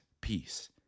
peace